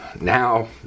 now